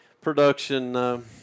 production